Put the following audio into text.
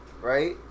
right